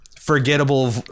forgettable